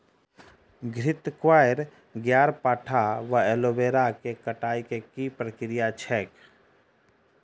घृतक्वाइर, ग्यारपाठा वा एलोवेरा केँ कटाई केँ की प्रक्रिया छैक?